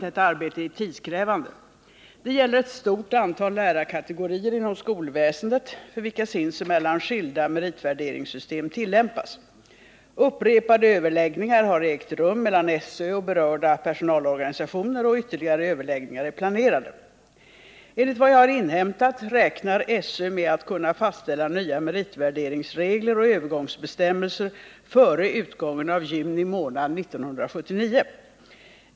Detta arbete är tidskrävande. Det gäller ett stort antal lärarkategorier inom skolväsendet för vilka sinsemellan skilda meritvärderingssystem tillämpas. Upprepade överläggningar har ägt rum mellan SÖ och berörda personalorganisationer, och ytterligare överläggningar är planerade. Enligt vad jag har inhämtat räknar SÖ med att kunna fastställa nya meritvärderingsregler och övergångsbestämmelser före utgången av juni månad 1979.